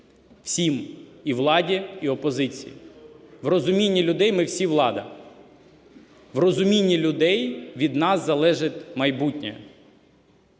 Всім – і владі і опозиції. В розумінні людей ми всі – влада. В розумінні людей від нас залежить майбутнє.